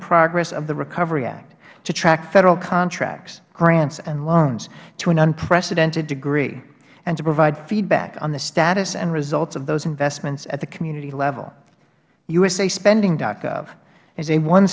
progress of the recovery act to track federal contracts grants and loans to an unprecedented degree and to provide feedback on the status and results of those investments at the community level usaspending gov is a one